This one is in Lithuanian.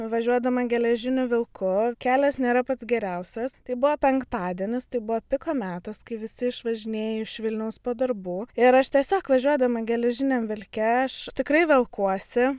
važiuodama geležiniu vilku kelias nėra pats geriausias tai buvo penktadienis tai buvo piko metas kai visi išvažinėjo iš vilniaus po darbų ir aš tiesiog važiuodama geležiniam vilke aš tikrai velkuosi